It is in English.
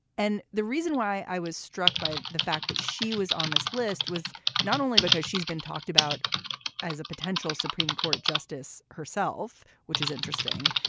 and the reason why i was struck by the fact that she was on this list was not only because she's been talked about as a potential supreme court justice herself, which is interesting,